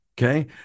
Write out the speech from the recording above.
Okay